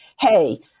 hey